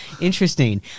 Interesting